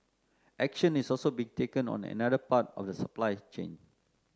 action is also being taken on another part of the supply chain